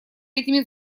этими